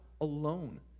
alone